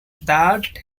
that